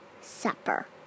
supper